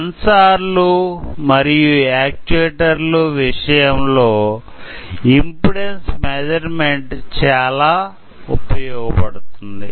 సెన్సార్లు మరియు యాక్టుయేటర్ల విషయంలో ఇమ్పెడన్సు మెస్సుర్మెంట్ చాలా ఉపయోగ పడుతుంది